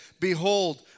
Behold